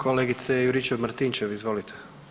Kolegice Juričev-Martinčev, izvolite.